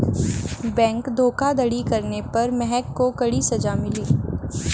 bank धोखाधड़ी करने पर महक को कड़ी सजा मिली